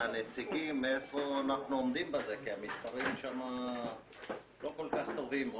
מהנציגים היכן אנחנו עומדים בנושא הזה כי המספרים שם לא כל כך טובים.